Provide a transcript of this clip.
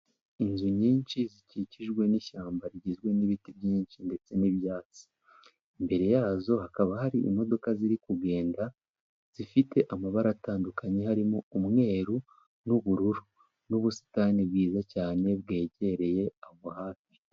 Inzu nyinshi zikikijwe n'ishyamba rigizwe n'ibiti byinshi ndetse n'ibyatsi, imbere yazo hakaba hari imodoka ziri kugenda zifite amabara atandukanye harimo: umweru, n'ubururu n'ubusitani bwiza cyane bwegereye aho hafi.